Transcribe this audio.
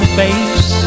face